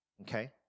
okay